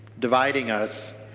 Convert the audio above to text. dividing us